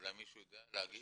אולי מישהו יודע להגיד?